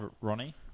Ronnie